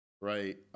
right